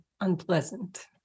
unpleasant